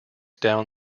down